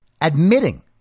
admitting